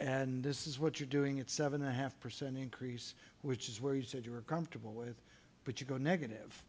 and this is what you're doing at seven and a half percent increase which is where you said you were comfortable with but you go negative